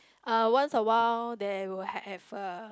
uh once awhile they will have a